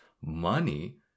money